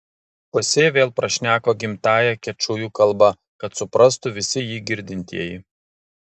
chosė vėl prašneko gimtąja kečujų kalba kad suprastų visi jį girdintieji